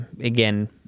again